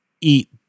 eat